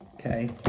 Okay